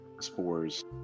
spores